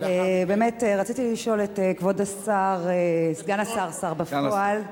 באמת רציתי לשאול את כבוד סגן השר, השר בפועל,